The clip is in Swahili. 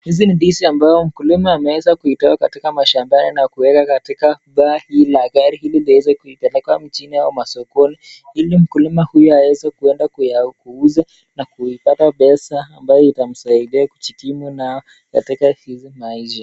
Hizi ni ndizi ambayo mkulima ameweza kuitoa katika mashambani na kuweka katika paa hii la gari ili ziweze kuipeleka mchini au masokoni, ili mkulima huyu aweze aende kuyauza na kuipata pesa ambayo itamsaidia kujitimu nayo katika kwenye maisha.